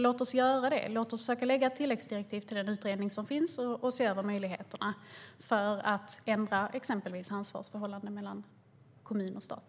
Låt oss göra det! Låt oss försöka ge ett tillläggsdirektiv till den utredning som finns och se över möjligheterna att ändra exempelvis ansvarsförhållandet mellan kommun och stat!